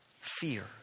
fear